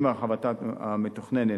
עם הרחבתה המתוכננת,